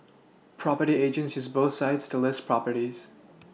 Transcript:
property agents use both sites to list properties